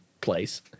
place